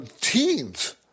teens